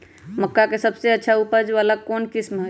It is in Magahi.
मक्का के सबसे अच्छा उपज वाला कौन किस्म होई?